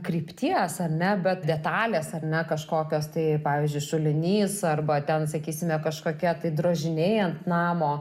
krypties ar ne bet detalės ar ne kažkokios tai pavyzdžiui šulinys arba ten sakysime kažkokia tai drožiniai namo